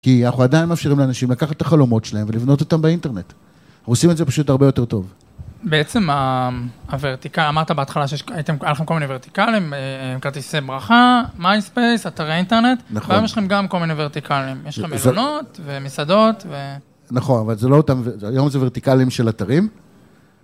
כי אנחנו עדיין מאפשרים לאנשים לקחת את החלומות שלהם ולבנות אותם באינטרנט. עושים את זה פשוט הרבה יותר טוב. בעצם הוורטיקל, אמרת בהתחלה שהייתם, היה לכם כל מיני וורטיקלים, כרטיסי ברכה, מיינספייס, אתרי אינטרנט. נכון. וגם יש לכם כל מיני וורטיקלים, יש לך מלונות ומסעדות ו... נכון, אבל זה לא אותם, היום זה וורטיקלים של אתרים.